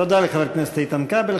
תודה לחבר הכנסת איתן כבל.